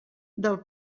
del